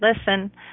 listen